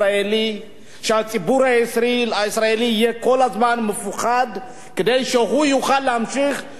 שהציבור הישראלי יהיה כל הזמן מפוחד כדי שהוא יוכל להמשיך להנהיג,